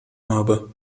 habe